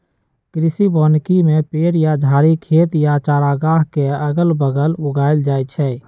कृषि वानिकी में पेड़ या झाड़ी खेत या चारागाह के अगल बगल उगाएल जाई छई